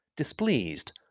Displeased